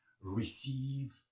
receive